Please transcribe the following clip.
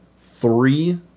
three